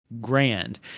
grand